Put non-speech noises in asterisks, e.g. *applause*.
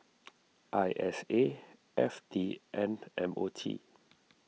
*noise* I S A F T and M O T